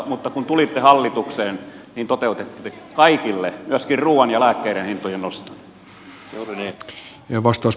mutta kun tulitte hallitukseen niin toteutitte kaikille myöskin ruuan ja lääkkeiden hintojen noston